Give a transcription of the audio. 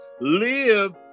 Live